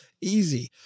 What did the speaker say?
Easy